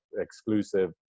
exclusive